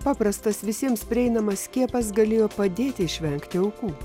paprastas visiems prieinamas skiepas galėjo padėti išvengti aukų